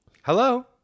hello